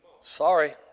Sorry